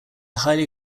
highly